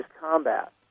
combat